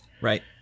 Right